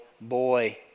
boy